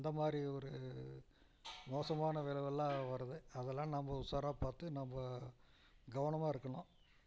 அந்த மாதிரி ஒரு மோசமான விளைவெல்லாம் வருது அதெலாம் நம்ம உஷாராக பார்த்து நம்ப கவனமாக இருக்கணும்